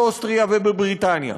באוסטריה ובבריטניה.